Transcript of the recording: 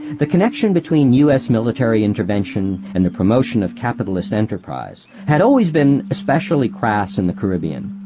the connection between u s. military intervention and the promotion of capitalist enterprise had always been especially crass in the caribbean.